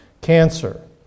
cancer